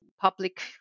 public